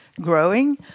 growing